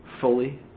fully